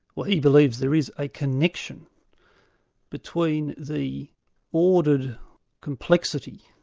well he believes there is a connection between the ordered complexity,